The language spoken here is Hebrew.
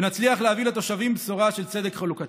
ונצליח להביא לתושבים בשורה של צדק חלוקתי.